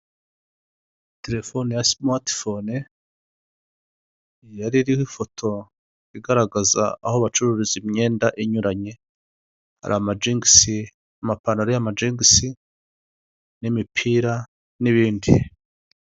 Telefoni ya simatifone yari iriho ifoto igaragaza aho bacururiza imyenda inyuranye hari amagiingisi amapantaro ariho amajingisi n'imipira n'ibindi.